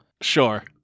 Sure